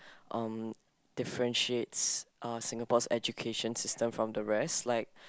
um differentiates Singapore education from the rest like